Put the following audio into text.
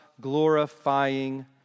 glorifying